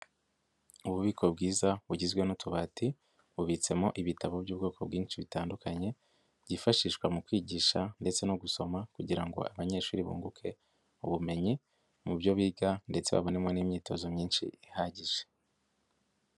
Ububiko bwiza bugizwe n'utubati, bubitsemo ibitabo by'ubwoko bwinshi bitandukanye, byifashishwa mu kwigisha ndetse no gusoma kugira ngo abanyeshuri bunguke ubumenyi mu byo biga ndetse babonemo n'imyitozo myinshi ihagije.